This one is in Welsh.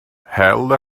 hel